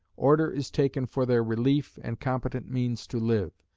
order is taken for their relief and competent means to live.